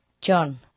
John